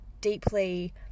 deeply